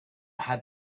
had